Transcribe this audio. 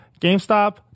GameStop